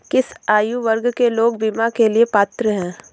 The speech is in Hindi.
किस आयु वर्ग के लोग बीमा के लिए पात्र हैं?